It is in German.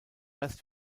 rest